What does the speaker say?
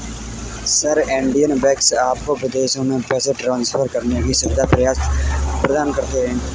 sir, Indian banks आपको विदेशों में पैसे ट्रान्सफर करने की सुविधा प्रदान करते हैं